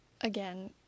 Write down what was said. again